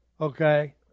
Okay